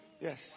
Yes